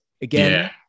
again